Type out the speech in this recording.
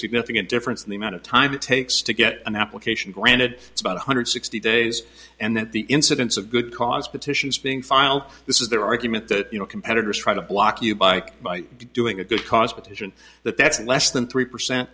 significant difference in the amount of time it takes to get an application granted it's about one hundred sixty days and then the incidence of good cause petitions being filed this is their argument that you know competitors try to block you bike by doing a good cause petition that that's less than three percent